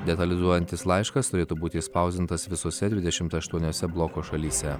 detalizuojantis laiškas turėtų būti išspausdintas visose dvidešimt aštuoniose bloko šalyse